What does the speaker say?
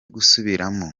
gusubiramo